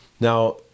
Now